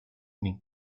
ning